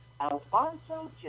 Alfonso